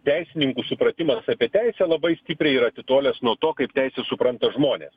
teisininkų supratimas apie teisę labai stipriai atitolęs nuo to kaip teisę supranta žmones